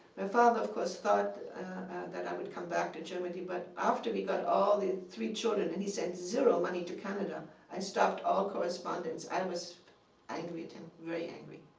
my father, of course, thought that i would come back to germany. but after we got all the three children and he sent zero money to canada i stopped all correspondence. i was angry at him, very angry,